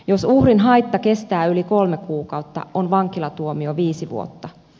jos uhrin haitta kestää yli kolme kuukautta on vankilatuomio viisi vuotta